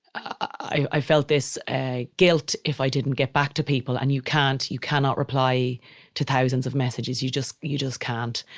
i felt this guilt if i didn't get back to people. and you can't, you cannot reply to thousands of messages. you just, you just can't.